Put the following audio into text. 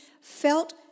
felt